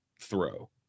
throw